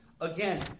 Again